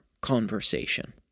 conversation